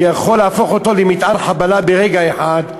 ויכול להפוך אותו למטען חבלה ברגע אחד,